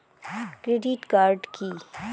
Credit card key?